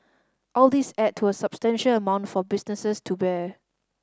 all these add to a substantial amount for businesses to bear